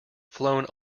flown